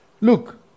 Look